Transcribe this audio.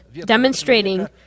demonstrating